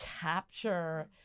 capture